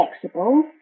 flexible